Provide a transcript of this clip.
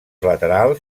laterals